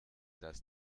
das